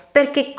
perché